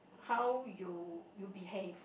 how you you behave